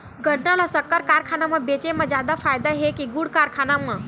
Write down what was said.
गन्ना ल शक्कर कारखाना म बेचे म जादा फ़ायदा हे के गुण कारखाना म?